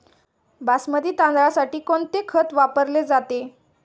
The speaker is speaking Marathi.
बासमती तांदळासाठी कोणते खत वापरले जाते?